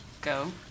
go